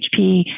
HP